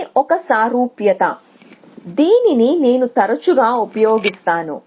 ఇది ఒక సారూప్యతదీనిని నేను తరచుగా ఉపయోగిస్తాను